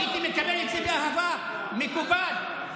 הייתי מקבל את זה באהבה, מקובל.